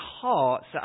hearts